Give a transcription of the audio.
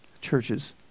churches